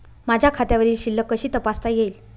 माझ्या खात्यावरील शिल्लक कशी तपासता येईल?